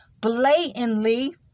blatantly